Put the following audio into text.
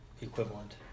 equivalent